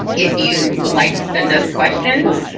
if you would like to send us questions,